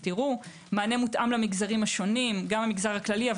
מענה מותאם למגזרים השונים - גם המגזר הכללי אבל